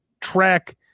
track